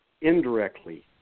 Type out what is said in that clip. indirectly